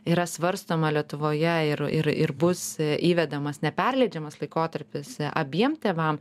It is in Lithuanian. yra svarstoma lietuvoje ir ir ir bus įvedamas neperleidžiamas laikotarpis abiem tėvam